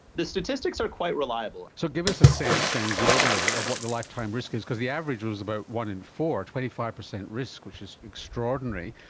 the statistics are quite reliable. so give us a sense then globally of what the lifetime risk is because the average was about one in four, twenty five percent risk, which is extraordinary,